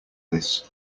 this